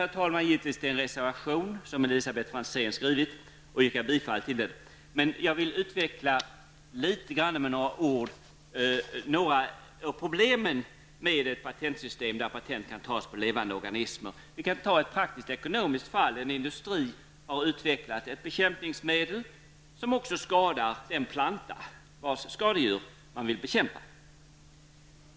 Jag stöder givetvis den reservation som Elisabet Franzén har avgivit, och jag yrkar härmed bifall till den. Jag tänker utveckla några av problemen som är förknippade med ett patentsystem där patent kan tas på levande organismer. Som exempel vill jag ta upp ett praktiskt, ekonomiskt fall. En industri har utvecklat ett bekämpningsmedel som också skadar den planta, vars skadedjur man vill bekämpa.